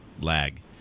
lag